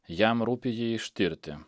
jam rūpi jį ištirti